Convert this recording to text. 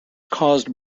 caused